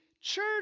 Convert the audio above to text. church